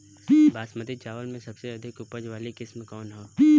बासमती चावल में सबसे अधिक उपज वाली किस्म कौन है?